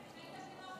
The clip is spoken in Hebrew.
אתה צריך להתבייש.